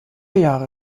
jahre